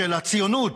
הציונות,